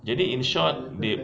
jadi in short they